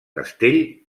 castell